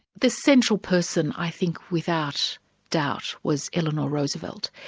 the central person i think without doubt, was eleanor roosevelt.